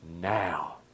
now